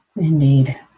indeed